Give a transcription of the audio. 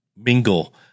mingle